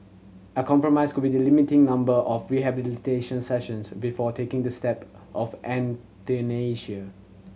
a compromise could be the limiting number of rehabilitation sessions before taking the step of euthanasia